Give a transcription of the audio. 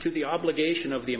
to the obligation of the